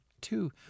Two